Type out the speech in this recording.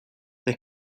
they